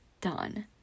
done